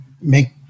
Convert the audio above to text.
make